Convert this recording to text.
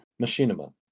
machinima